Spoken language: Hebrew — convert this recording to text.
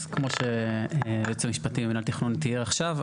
אז כמו שהיועץ המשפטי במינהל התכנון תיאר עכשיו,